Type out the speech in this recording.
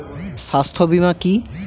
স্বাস্থ্য বীমা কি?